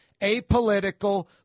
Apolitical